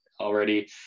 already